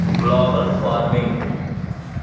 global warming